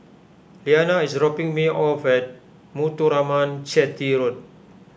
Liana is dropping me off at Muthuraman Chetty Road